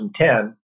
2010